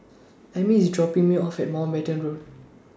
Ami IS dropping Me off At Mountbatten Road